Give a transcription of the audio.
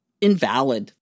invalid